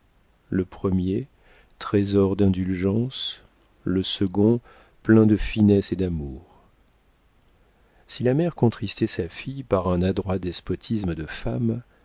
le premier trésor d'indulgence le second plein de finesse et d'amour si la mère contristait sa fille par un adroit despotisme de femme